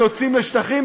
כשיוצאים לשטחים,